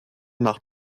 nach